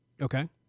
Okay